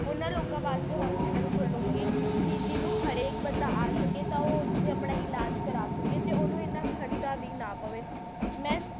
ਉਹਨਾਂ ਲੋਕਾਂ ਵਾਸਤੇ ਹੋਸਪਿਟਲ ਖੋਲੂੰਗੀ ਕਿ ਜਿਹਨੂੰ ਹਰੇਕ ਬੰਦਾ ਆ ਸਕੇ ਤਾਂ ਓਹ ਉੱਥੇ ਆਪਣਾ ਇਲਾਜ ਕਰਾ ਸਕੇ ਅਤੇ ਉਹਨੂੰ ਇੰਨਾਂ ਖਰਚਾ ਵੀ ਨਾ ਪਵੇ ਮੈਂ